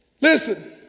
Listen